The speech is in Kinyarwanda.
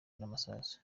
n’amasasu